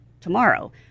tomorrow